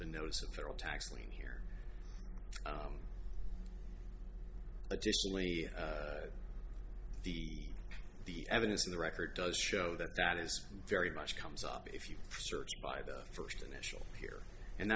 the notice of federal tax lien here additionally the the evidence in the record does show that that is very much comes up if you search by the first initial here and